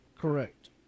Correct